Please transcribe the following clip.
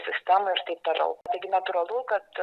sistemoj ir taip toliau taigi natūralu kad